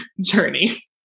journey